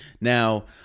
Now